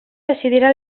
decidirà